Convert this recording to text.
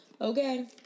okay